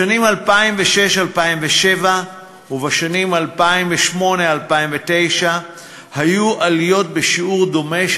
בשנים 2006 ו-2007 ובשנים 2008 ו-2009 היו עליות בשיעור דומה,